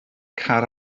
car